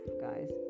guys